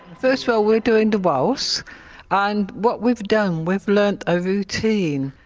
first of all, we're doing the waltz and what we've done we've learnt a routine.